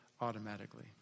automatically